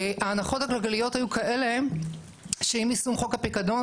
ההנחות הכלכליות היו כאלה שעם יישום חוק הפיקדון